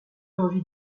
envie